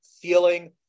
feeling